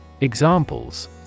Examples